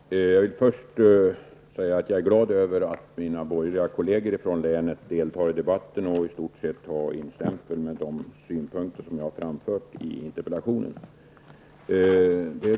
Herr talman! Jag vill först säga att jag är glad över att mina borgerliga kolleger från länet deltar i debatten och i stort sett har instämt i de synpunkter som jag har framfört i interpellationen.